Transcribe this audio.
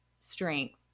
strength